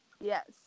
Yes